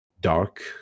dark